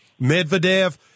Medvedev